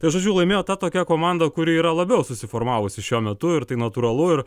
tai žodžiu laimėjo ta tokia komanda kuri yra labiau susiformavusi šiuo metu ir tai natūralu ir